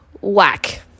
whack